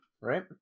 right